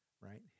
right